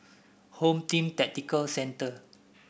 Home Team Tactical Centre